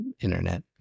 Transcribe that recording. internet